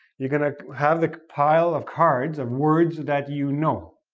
you're going to have the pile of cards of words that you know,